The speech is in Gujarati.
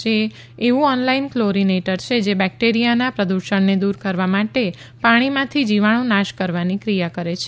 તે એવું ઓનલાઇન ક્લોરીનેટર છે જે બેક્ટેરિયાના પ્રદૂષણને દૂર કરવા માટે પાણીમાંથી જીવાણુ નાશ કરવાની ક્રિયા કરે છે